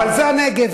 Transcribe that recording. אבל זה הנגב,